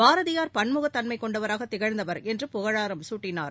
பாரதியார் பன்முகத் தன்மை கொண்டவராகத் திகழ்ந்தவர் என்று புகழாரம் சூட்டினார்